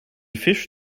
fisch